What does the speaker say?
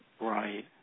Right